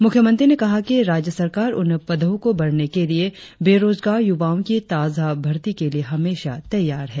मुख्यमंत्री ने कहा कि राज्य सरकार उन पदो को भरने के लिए बेरोजगार युवाओ की ताजा भर्ती के लिए हमेशा तैयार है